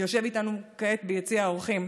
שיושב איתנו כעת ביציע האורחים,